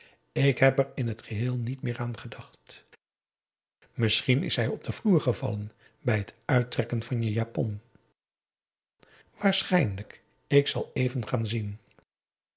ik heb er in het geheel niet meer aan gedacht misschien is hij op den vloer gevallen bij het uittrekken van je japon waarschijnlijk ik zal even gaan zien